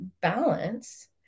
balance